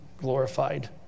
glorified